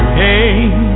pain